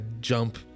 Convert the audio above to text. jump